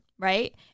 Right